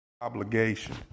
Obligation